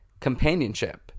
companionship